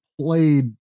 played